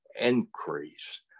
increase